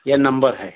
ये नंबर है